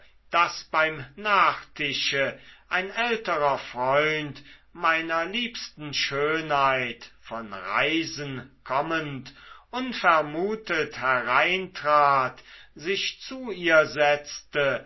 daß beim nachtische ein älterer freund meiner liebsten schönheit von reisen kommend unvermutet hereintrat sich zu ihr setzte